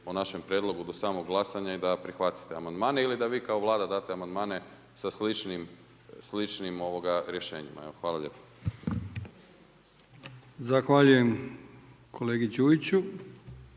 o našem prijedlogu do samog glasanja i da prihvatite amandmane ili da vi kao Vlada date amandmane sa sličnim rješenjima. Evo, hvala lijepo.